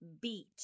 beat